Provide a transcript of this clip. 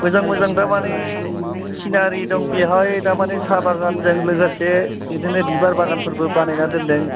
मोजां मोजां दामानि सिनारि दं बिहाय दामानि साहा बागानजों लोगोसे बिदिनो बिबार बागानफोरबो बानायना दोन्दों